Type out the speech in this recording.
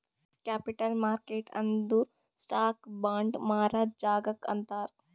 capital market ಅಂದುರ್ stock, bond ಮಾರಾ ಜಾಗಾಕ್ ಅಂತಾರ್